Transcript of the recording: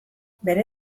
bere